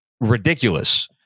ridiculous